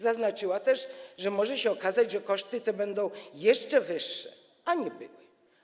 Zaznaczyła też, że może się okazać, że koszty te będą jeszcze wyższe, a nie były.